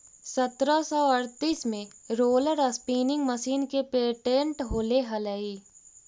सत्रह सौ अड़तीस में रोलर स्पीनिंग मशीन के पेटेंट होले हलई